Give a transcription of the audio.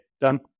done